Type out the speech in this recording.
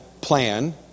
plan